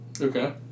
Okay